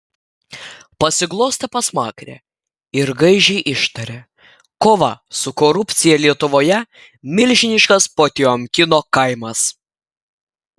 pasiglostė pasmakrę ir gaižiai ištarė kova su korupcija lietuvoje milžiniškas potiomkino kaimas